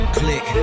click